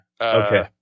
Okay